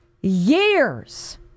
years